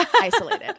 isolated